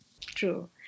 True